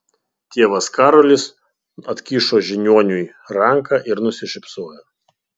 tėvas karolis atkišo žiniuoniui ranką ir nusišypsojo